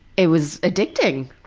it was addicting.